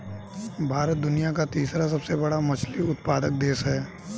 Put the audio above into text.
भारत दुनिया का तीसरा सबसे बड़ा मछली उत्पादक देश है